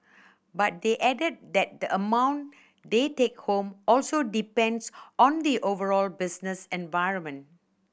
but they added that the amount they take home also depends on the overall business environment